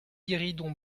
guéridon